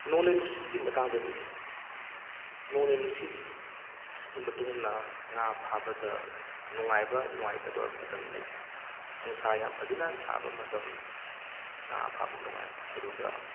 ꯅꯣꯡꯂꯩ ꯅꯨꯡꯁꯤꯠꯀꯤ ꯃꯇꯥꯡꯗꯗꯤ ꯅꯣꯡꯂꯩ ꯅꯨꯡꯁꯤꯠ ꯁꯤꯒꯤ ꯃꯇꯨꯡ ꯏꯟꯅ ꯉꯥ ꯐꯕꯗ ꯅꯨꯡꯉꯥꯏꯕ ꯅꯨꯡꯉꯥꯏꯇꯕ ꯃꯇꯝ ꯂꯩ ꯅꯨꯡꯁꯥ ꯌꯥꯝ ꯐꯖꯅ ꯁꯥꯕ ꯃꯇꯝ ꯉꯥ ꯐꯕ ꯅꯨꯡꯉꯥꯏꯕ ꯑꯗꯨꯒ